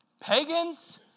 pagans